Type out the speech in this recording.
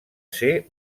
ser